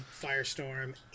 Firestorm